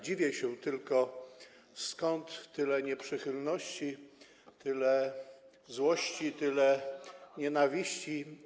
Dziwię się tylko, skąd tyle nieprzychylności, tyle złości, tyle nienawiści.